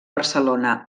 barcelona